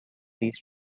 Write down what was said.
these